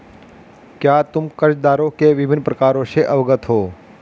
क्या तुम कर्जदारों के विभिन्न प्रकारों से अवगत हो?